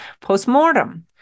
postmortem